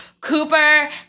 Cooper